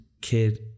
Kid